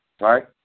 right